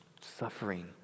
suffering